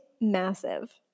massive